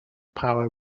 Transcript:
power